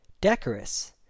Decorous